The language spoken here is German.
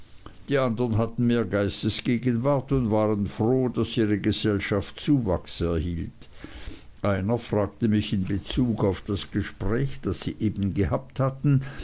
die andern hatten mehr geistesgegenwart und waren froh daß ihre gesellschaft zuwachs erhielt einer fragte mich in bezug auf das gespräch das sie eben gehabt hatten